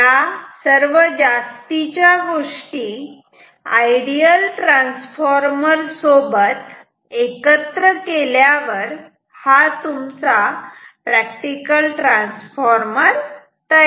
ह्या जास्तीच्या गोष्टी आयडियल ट्रान्सफॉर्मर सोबत एकत्र केल्यावर हा तुमचा प्रॅक्टिकल ट्रान्सफॉर्मर तयार होतो